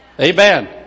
Amen